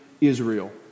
Israel